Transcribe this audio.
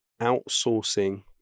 outsourcing